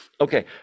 Okay